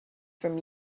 from